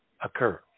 occur